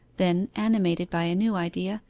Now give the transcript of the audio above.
then animated by a new idea,